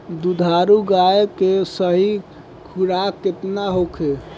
दुधारू गाय के सही खुराक केतना होखे?